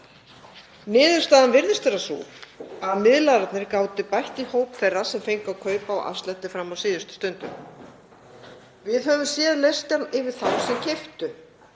Niðurstaðan virðist vera sú að miðlararnir gátu bætt í hóp þeirra sem fengu að kaupa á afslætti fram á síðustu stundu. Við höfum séð listann yfir þá sem keyptu.